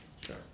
Sure